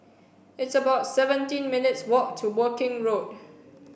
it's about seventeen minutes' walk to Woking Road